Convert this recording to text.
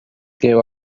gave